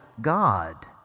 God